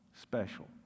special